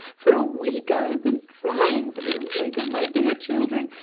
for a week i have been trying, for the sake of my dear children,